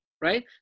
right